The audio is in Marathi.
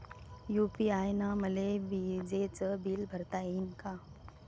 यू.पी.आय न मले विजेचं बिल भरता यीन का?